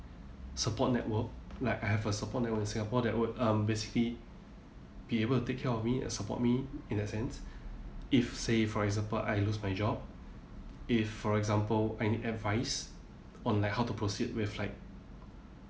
support network like I have a support network in singapore that would uh basically be able to take care of me and support me in that sense if say for example I lose my job if for example I need advice on how to proceed with like